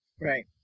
Right